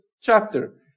chapter